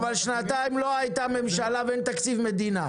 אבל שנתיים לא הייתה ממשלה ולא תקציב מדינה.